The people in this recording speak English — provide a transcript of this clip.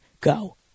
Go